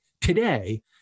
Today